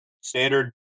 standard